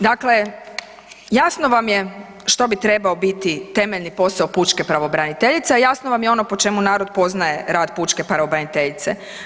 Dakle, jasno vam je što bi trebao biti temeljni posao pučke pravobraniteljice, a jasno vam je ono po čemu narod poznaje rad pučke pravobraniteljice.